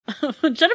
Jennifer